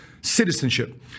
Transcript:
citizenship